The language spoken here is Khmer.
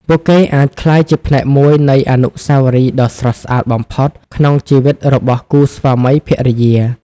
ពួកគេអាចក្លាយជាផ្នែកមួយនៃអនុស្សាវរីយ៍ដ៏ស្រស់ស្អាតបំផុតក្នុងជីវិតរបស់គូស្វាមីភរិយា។